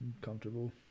comfortable